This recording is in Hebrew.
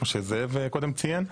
כמו שזאב קודם ציין,